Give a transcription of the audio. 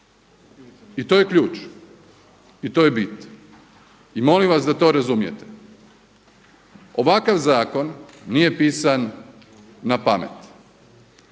I to je ključ i to je bit i molim vas da to razumijete. Ovakav zakon nije pisan na pamet.